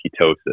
ketosis